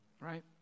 right